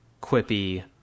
quippy